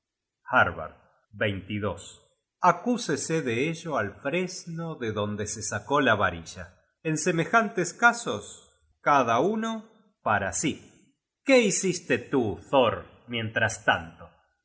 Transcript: precioso regalo harbard acúsese de ello al fresno de donde se sacó la varilla en semejantes casos cada uno para sí qué hiciste tú thor mientras tanto